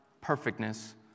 perfectness